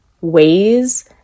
ways